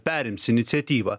perims iniciatyvą